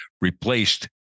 replaced